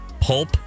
pulp